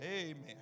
Amen